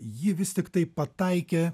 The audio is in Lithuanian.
ji vis tiktai pataikė